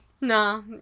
No